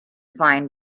find